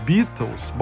Beatles